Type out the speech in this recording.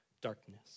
darkness